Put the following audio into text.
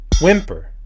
Whimper